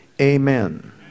amen